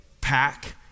pack